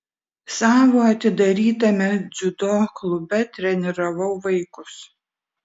savo atidarytame dziudo klube treniravau vaikus